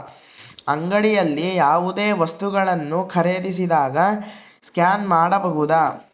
ಅಂಗಡಿಯಲ್ಲಿ ಯಾವುದೇ ವಸ್ತುಗಳನ್ನು ಖರೇದಿಸಿದಾಗ ಸ್ಕ್ಯಾನ್ ಮಾಡಬಹುದಾ?